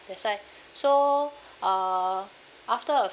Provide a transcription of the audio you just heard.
that's why so uh after a